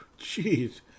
jeez